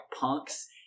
punks